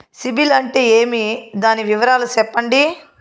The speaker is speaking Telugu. సిబిల్ అంటే ఏమి? దాని వివరాలు సెప్పండి?